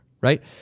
right